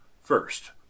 first